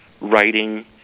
writing